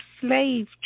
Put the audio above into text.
slave